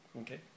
okay